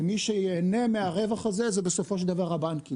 ומי שייהנה מהרווח הזה, זה בסופו של דבר הבנקים.